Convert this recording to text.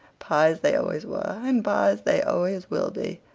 pyes they always were and pyes they always will be,